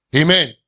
Amen